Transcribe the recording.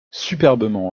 superbement